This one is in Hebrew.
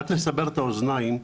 רק לסבר את האוזניים,